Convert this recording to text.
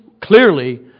clearly